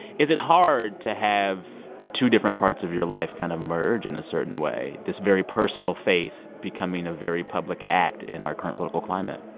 is it hard to have two different parts of your life kind of merge in a certain way this very personal faith becoming a very public act in our current political climate?